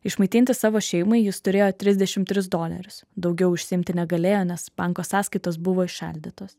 išmaitinti savo šeimai jis turėjo trisdešim tris dolerius daugiau išsiimti negalėjo nes banko sąskaitos buvo įšaldytos